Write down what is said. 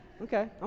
Okay